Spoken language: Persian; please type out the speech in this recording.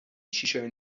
شیشمین